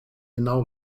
genau